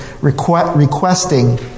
requesting